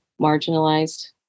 marginalized